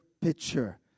picture